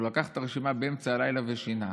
הוא לקח את הרשימה באמצע הלילה ושינה.